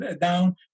down